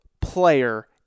player